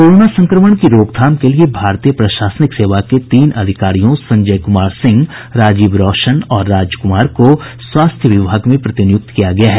corona संक्रमण की रोकथाम के लिए भारतीय प्रशासनिक सेवा के तीन अधिकारियों संजय कुमार सिंह राजीव रौशन और राज कुमार को स्वास्थ्य विभाग में प्रतिनियुक्त किया गया है